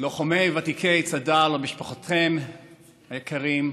לוחמי וותיקי צד"ל ומשפחותיכם היקרים,